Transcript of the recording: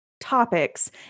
topics